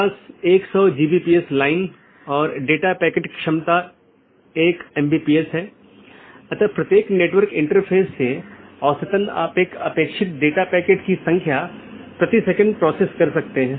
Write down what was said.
कुछ और अवधारणाएं हैं एक राउटिंग पॉलिसी जो महत्वपूर्ण है जोकि नेटवर्क के माध्यम से डेटा पैकेट के प्रवाह को बाधित करने वाले नियमों का सेट है